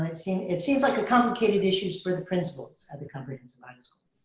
it seems it seems like a complicated issues for the principals of the comprehensive high school.